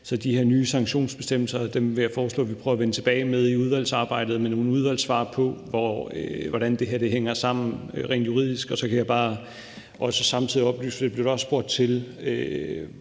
og de her nye sanktionsbestemmelser. Dem vil jeg foreslå at vi prøver at vende tilbage med i udvalgsarbejdet med yderligere svar på, hvordan det her hænger sammen rent juridisk. Så blev der også spurgt til,